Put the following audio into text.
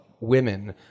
women